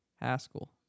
Haskell